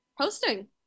posting